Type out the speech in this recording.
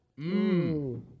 Mmm